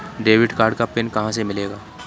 Debit card का pin कहां से मिलेगा?